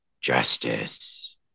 Justice